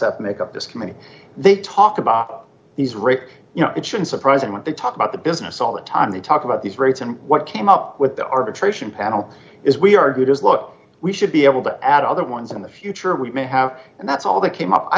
f make up this committee they talk about these rape you know it should surprising what they talk about the business all the time they talk about these rates and what came up with the arbitration panel is we argued is look we should be able to add other ones in the future we may have and that's all that came up i